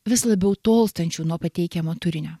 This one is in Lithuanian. vis labiau tolstančių nuo pateikiamo turinio